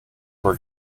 were